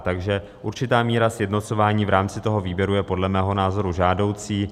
Takže určitá míra sjednocování v rámci výběru je podle mého názoru žádoucí.